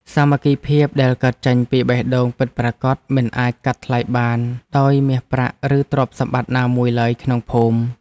សាមគ្គីភាពដែលកើតចេញពីបេះដូងពិតប្រាកដមិនអាចកាត់ថ្លៃបានដោយមាសប្រាក់ ឬទ្រព្យសម្បត្តិណាមួយឡើយក្នុងភូមិ។